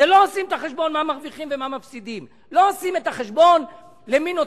לא עושים את החשבון מה מרוויחים ומה מפסידים.